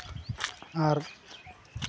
ᱟᱨ